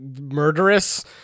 murderous